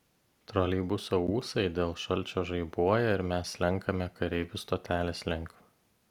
troleibuso ūsai dėl šalčio žaibuoja ir mes slenkame kareivių stotelės link